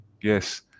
yes